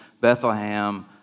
Bethlehem